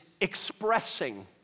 expressing